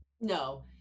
no